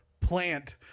plant